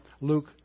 Luke